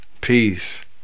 Peace